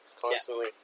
constantly